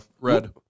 red